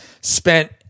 spent